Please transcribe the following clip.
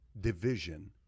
division